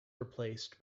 replaced